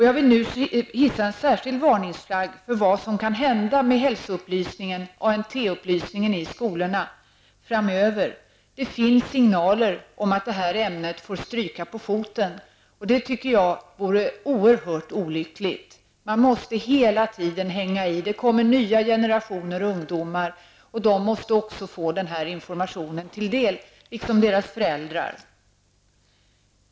Jag vill nu hissa en särskild varningsflagga för vad som kan hända med hälsoupplysningen och ANT upplysningen i skolorna framöver. Det finns signaler om att detta ämne får stryka på foten. Detta tycker jag skulle vara oerhört olyckligt. Man måste hela tiden hänga i. Det kommer nya generationer ungdomar, och de liksom deras föräldrar måste få denna information.